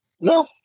No